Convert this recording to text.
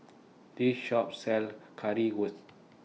This Shop sells Currywurst